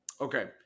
Okay